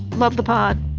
love the part.